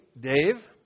Dave